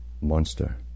monster